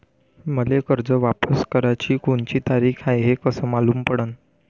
मले कर्ज वापस कराची कोनची तारीख हाय हे कस मालूम पडनं?